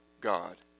God